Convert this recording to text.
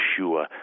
Yeshua